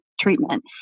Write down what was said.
treatment